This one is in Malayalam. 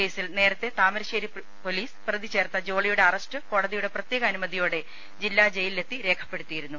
കേസിൽ നേരത്തെ താമരശ്ശേരി പൊലീസ് പ്രപ്രതി ചേർത്ത ജോളിയുടെ അറസ്റ്റ് കോടതിയുടെ പ്രത്യേക അനു മതിയോടെ ജില്ലാ ജയിലിലെത്തി രേഖപ്പെടുത്തിയിരുന്നു